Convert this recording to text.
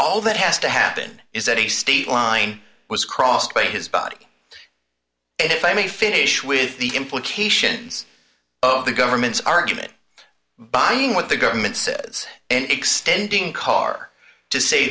all that has to happen is that a state line was crossed by his body if i may finish with the implications of the government's argument buying what the government says it extending car to say